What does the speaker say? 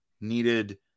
needed